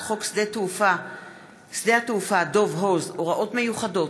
חוק שדה התעופה דב הוז (הוראות מיוחדות),